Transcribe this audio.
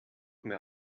mehr